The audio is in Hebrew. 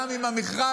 גם אם המכרז,